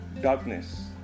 darkness